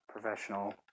professional